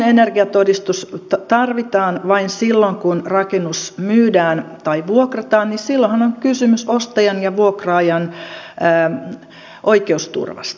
energiatodistus tarvitaan vain silloin kun rakennus myydään tai vuokrataan niin silloinhan on kysymys ostajan ja vuokraajan oikeusturvasta